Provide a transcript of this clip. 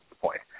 point